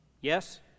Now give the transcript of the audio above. Yes